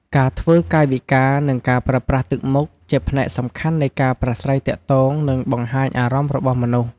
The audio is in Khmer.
ការធ្វើកាយវិការ និងការប្រើប្រាស់ទឹកមុខ ជាផ្នែកសំខាន់នៃការប្រាស្រ័យទាក់ទង និងបង្ហាញអារម្មណ៍របស់មនុស្ស។